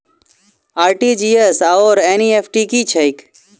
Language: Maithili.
आर.टी.जी.एस आओर एन.ई.एफ.टी की छैक?